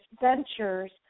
ventures